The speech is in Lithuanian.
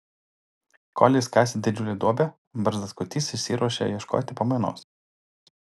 kol jis kasė didžiulę duobę barzdaskutys išsiruošė ieškoti pamainos